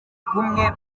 kumwe